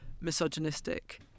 misogynistic